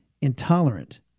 intolerant